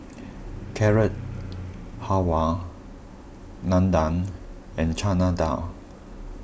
Carrot Halwa Unadon and Chana Dal